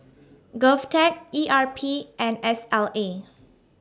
Govtech E R P and S L A